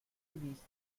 vista